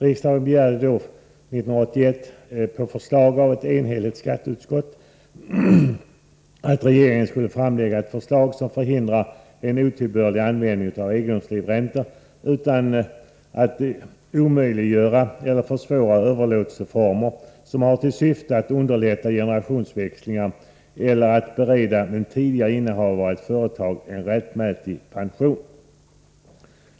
Riksdagen begärde 1981 på förslag av ett enhälligt skatteutskott att regeringen skulle framlägga ett förslag som förhindrar en otillbörlig användning av egendomslivräntor, utan att omöjliggöra eller försvåra överlåtelseformer som har till syfte att underlätta generationsväxlingar eller att bereda en tidigare innehavare av ett företag en rättmätig pension.